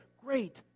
great